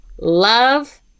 Love